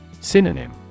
Synonym